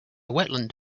wetland